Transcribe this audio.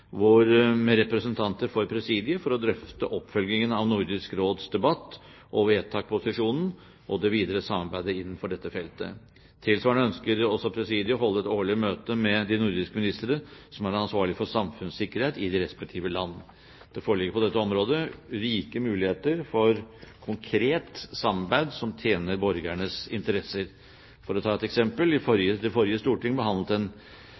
for å drøfte oppfølgingen av Nordisk Råds debatt og vedtak på sesjonen og det videre samarbeidet innenfor dette feltet. Tilsvarende ønsker også presidiet å holde et årlig møte med de nordiske ministrene som er ansvarlige for samfunnssikkerhet i de respektive land. Det foreligger på dette området rike muligheter for konkret samarbeid som tjener borgernes interesser. For å ta et eksempel: Det forrige storting behandlet